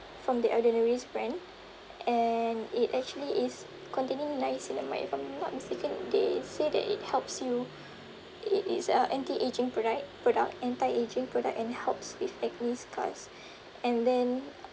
from The Ordinary's brand and it actually is containing niacinamide if I'm not mistaken they say that it helps you it is a anti-ageing product product anti-ageing product and helps with acne scars and then